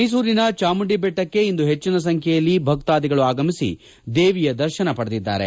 ಮೈಸೂರಿನ ಚಾಮುಂಡಿಬೆಟ್ಟಕ್ಕೆ ಇಂದು ಹೆಚ್ಚಿನ ಸಂಖ್ಯೆಯಲ್ಲಿ ಭಕ್ತಾಧಿಗಳು ಆಗಮಿಸಿ ದೇವಿ ದರ್ಶನ ಪಡೆದಿದ್ದಾರೆ